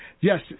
Yes